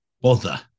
bother